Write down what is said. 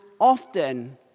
often